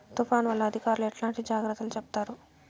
తుఫాను వల్ల అధికారులు ఎట్లాంటి జాగ్రత్తలు చెప్తారు?